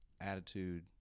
attitude